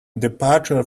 departure